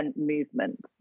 movement